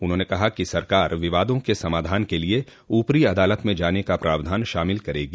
उन्होंने कहा कि सरकार विवादों के समाधान के लिए ऊपरी अदालत में जाने का प्रावधान शामिल करेगी